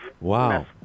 Wow